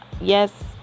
yes